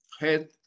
head